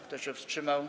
Kto się wstrzymał?